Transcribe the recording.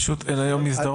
פשוט אין מסדרון.